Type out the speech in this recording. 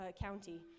county